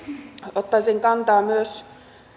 ottaisin myös kantaa